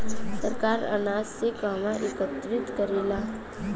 सरकार अनाज के कहवा एकत्रित करेला?